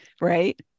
right